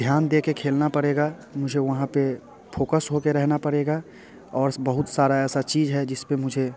ध्यान देके खेलना पड़ेगा मुझे वहाँ पे फोकस होके रहना पड़ेगा और बहुत सारा ऐसा चीज है जिसपे मुझे